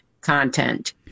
content